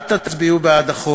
אל תצביעו בעד החוק.